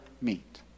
meet